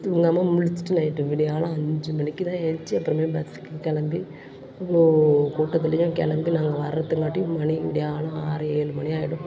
தூங்காம முழிச்சிட்டு நைட்டு விடியகாலம் அஞ்சு மணிக்கு தான் ஏழுந்திரிச்சி அப்பறமே பஸ்ஸுக்கு கிளம்பி அவ்வளோ கூட்டத்துலையும் கிளம்பி நாங்க வர்றதுக்காட்டியும் மணி விடியகாலம் ஆறு ஏழு மணி ஆகிடும்